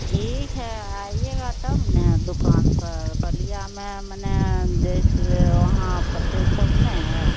ठीक है आइएगा तब ना दुकान पर बलिया में मने जैसे वहाँ पटेल चौक नहीं है